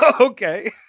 Okay